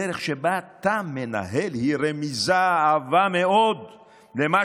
הדרך שבה אתה מנהל היא רמיזה עבה מאוד למה